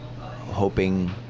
hoping